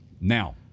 Now